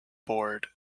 board